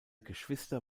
geschwister